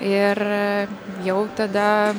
ir jau tada